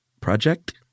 Project